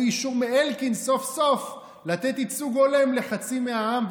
אישור מאלקין סוף-סוף לתת ייצוג הולם לחצי מהעם,